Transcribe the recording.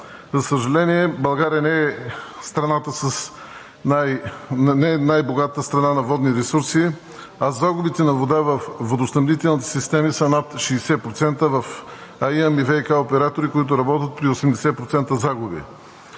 За съжаление, България не е най-богатата страна на водни ресурси, а загубите на вода във водоснабдителните системи са над 60%, а имаме и ВиК оператори, които работят при 80% загуби.